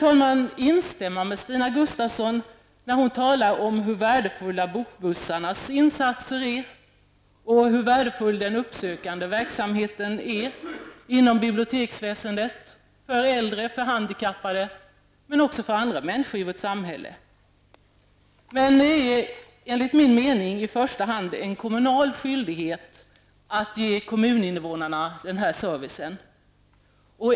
Jag vill instämma med Stina Gustavsson i det som hon sade om bokbussarnas värdefulla insatser och den uppsökande verksamhetens betydelse inom biblioteksväsendet, framför allt för äldre och handikappade, men också för andra människor i vårt samhälle. Enligt min mening är det dock i första hand en kommunal skyldighet att ge kommuninnevånarna denna service.